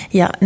ja